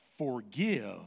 forgive